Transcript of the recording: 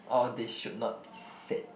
all these should not be said